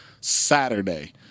Saturday